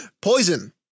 Poison